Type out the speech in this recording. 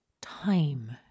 time